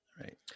Right